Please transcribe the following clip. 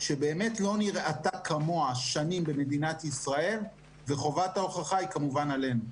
שבאמת שנים לא נראתה כמוה במדינת ישראל וחובת ההוכחה היא כמובן עלינו.